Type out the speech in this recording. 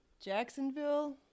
Jacksonville